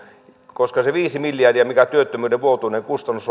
koska se viisi miljardia mikä työttömyyden vuotuinen kustannus